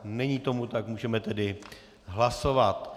Není tomu tak, můžeme tedy hlasovat.